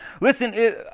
Listen